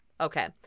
okay